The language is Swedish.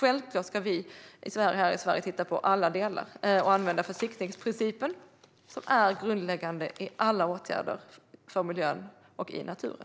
Självklart ska vi i Sverige titta på alla delar och använda försiktighetsprincipen, som är grundläggande i alla åtgärder för miljön och i naturen.